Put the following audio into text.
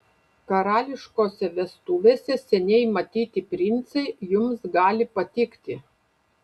karališkose vestuvėse seniai matyti princai jums gali patikti